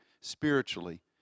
spiritually